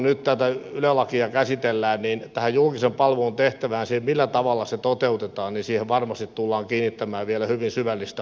nyt kun tätä yle lakia käsitellään tähän julkisen palvelun tehtävään millä tavalla se toteutetaan varmasti tullaan kiinnittämään vielä hyvin syvällistä huomiota